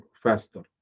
faster